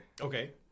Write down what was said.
okay